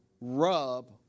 rub